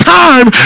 time